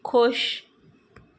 खुश